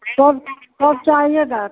कब कब चाहिएगा